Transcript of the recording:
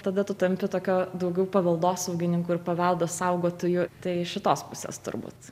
tada tu tampi tokio daugiau paveldosaugininku ir paveldo saugotoju tai iš šitos pusės turbūt